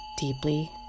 deeply